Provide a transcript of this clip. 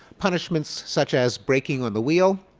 punishments such as breaking on the wheel,